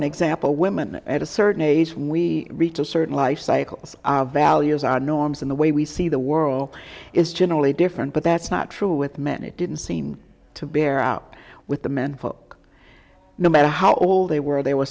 example women at a certain age we reach a certain life cycles our values our norms in the way we see the world is generally different but that's not true with men it didn't seem to bear out with the men folk no matter how old they were there were